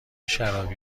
شرابی